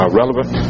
relevant